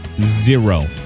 zero